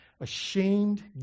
ashamed